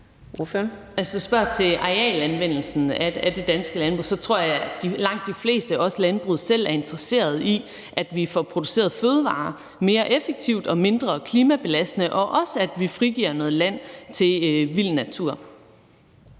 spørger til arealanvendelsen af det danske landbrug, tror jeg, at langt de fleste, også landbruget selv, er interesseret i, at vi får produceret fødevarer mere effektivt og mindre klimabelastende, og også, at vi frigiver noget land til vild natur.